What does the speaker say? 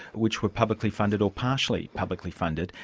which were publicly funded or partially publicly funded,